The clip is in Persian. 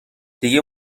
دیگه